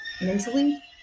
mentally